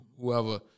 whoever